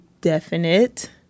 definite